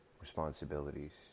responsibilities